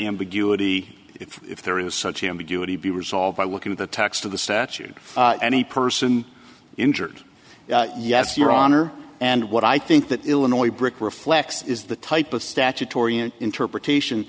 ambiguity if there is such ambiguity be resolved by looking at the text of the statute for any person injured yes your honor and what i think that illinois brick reflects is the type of statutory interpretation